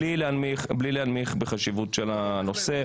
בלי להנמיך מהחשיבות של הנושא,